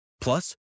Plus